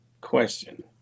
question